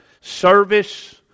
service